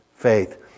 faith